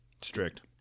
Strict